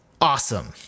awesome